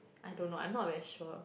I don't know I'm not very sure